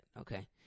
Okay